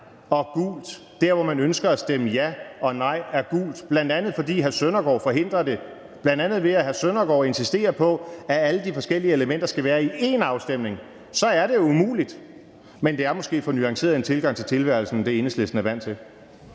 og gult der, hvor man ønsker at stemme ja og nej og gult, bl.a. fordi hr. Søren Søndergaard forhindrer det, bl.a. ved at hr. Søren Søndergaard insisterer på, at alle de forskellige elementer skal være i én afstemning, så er det jo umuligt. Men det er måske en mere nuanceret tilgang til tilværelsen end det, Enhedslisten er vant til.